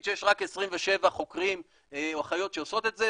שיש רק 27 חוקרים או אחיות שעושות את זה,